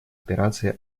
операции